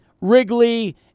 Wrigley